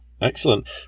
Excellent